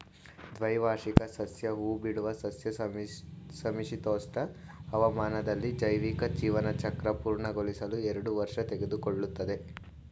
ದ್ವೈವಾರ್ಷಿಕ ಸಸ್ಯ ಹೂಬಿಡುವ ಸಸ್ಯ ಸಮಶೀತೋಷ್ಣ ಹವಾಮಾನದಲ್ಲಿ ಜೈವಿಕ ಜೀವನಚಕ್ರ ಪೂರ್ಣಗೊಳಿಸಲು ಎರಡು ವರ್ಷ ತೆಗೆದುಕೊಳ್ತದೆ